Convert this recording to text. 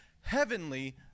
heavenly